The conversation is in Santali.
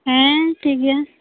ᱦᱮᱸ ᱴᱷᱤᱠ ᱜᱮᱭᱟ